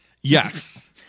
Yes